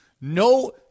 No –